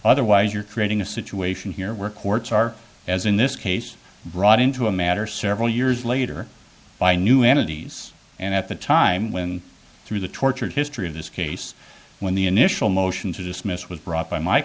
otherwise you're creating a situation here where courts are as in this case brought into a matter several years later by new entities and at the time when through the tortured history of this case when the initial motion to dismiss was brought by my